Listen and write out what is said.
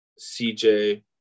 CJ